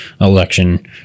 election